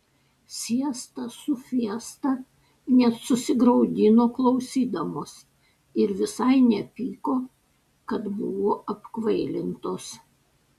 siesta su fiesta net susigraudino klausydamos ir visai nepyko kad buvo apkvailintos